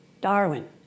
Darwin